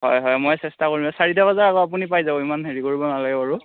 হয় হয় মই চেষ্টা কৰিম চাৰিটা বজাৰ আগত আপুনি পাই যাব ইমান হেৰি কৰিব নালাগে বাৰু